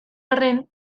arren